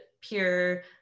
pure